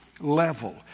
level